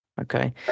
Okay